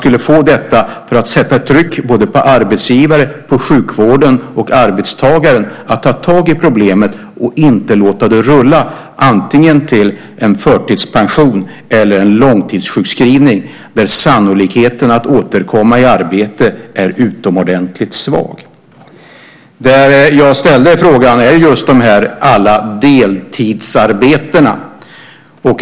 Det handlar om att sätta tryck på arbetsgivare, sjukvård och arbetstagare att ta tag i problemet och inte låta det rulla antingen till förtidspension eller också till långtidssjukskrivning där sannolikheten för att återkomma i arbete är utomordentligt svag. Jag ställde frågan just utifrån alla de här deltidsarbetena.